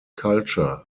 culture